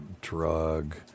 drug